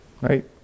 Right